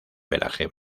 pelaje